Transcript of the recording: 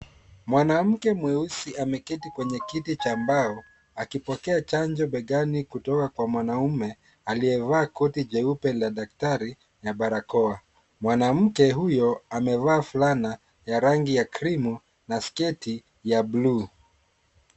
Mwanamke mweusi ameketi kwenye kiti cha mbao akipokea chanjo begani kutoka kwa mwanaume aliyevaa koti jeupe la daktari na barakoa. Mwanamke huyo amevaa fulana ya rangi ya krimu na sketi ya blue .